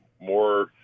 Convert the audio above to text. more